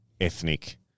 ethnic